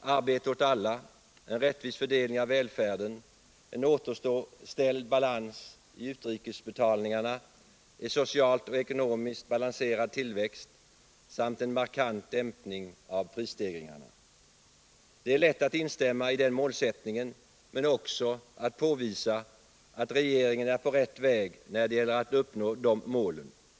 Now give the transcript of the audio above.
arbete åt alla, en rättvis fördelning av välfärden, en återställd balans i utrikesbetalningarna, en socialt och ekonomiskt balanserad tillväxt samt en markant dämpning av prisstegringarna. Det är lätt att instämma i den målsättningen men också att påvisa att regeringen är på rätt väg när det gäller att uppnå de målen.